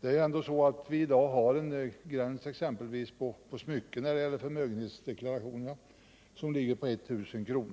Det är ändå så att vi i dag har en gräns exempelvis på smycken när det gäller förmögenhetsdeklarationerna som ligger på 1 000 kr.